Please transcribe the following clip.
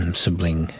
sibling